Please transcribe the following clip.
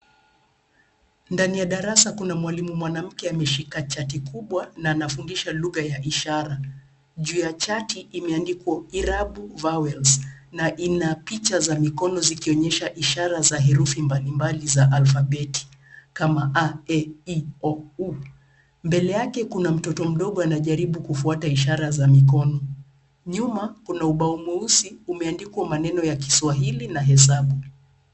Ndani ya darasa kuna mwalimu mwanamke ameshika chati kubwa na anafundisha lugha ya ishara. Juu ya chati imeandikwa irabu vowels na ina picha za mikono zikionyesha ishara za herufi mbalimbali za alfabeti kama a, e, i, o, u. Mbele yake kuna mtoto mdogo anayejitahidi kufuata ishara za mikono. Nyuma, kuna ubao mweusi ulioandikwa maneno ya Kiswahili na hesabu.